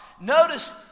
notice